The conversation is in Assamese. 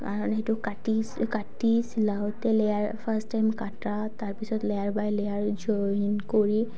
কাৰণ সেইটো কাটি কাটি চিলাওঁঁতে লেয়াৰ ফাৰ্ষ্ট টাইম কটা তাৰ পিছত লেয়াৰ বাই লেয়াৰ জইন কৰি